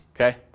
Okay